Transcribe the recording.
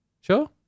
Sure